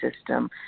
system